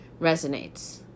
resonates